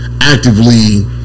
actively